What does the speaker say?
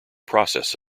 process